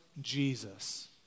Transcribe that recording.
Jesus